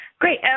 Great